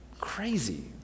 Crazy